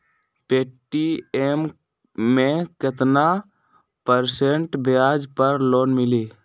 Paytm मे केतना percent ब्याज पर लोन मिली?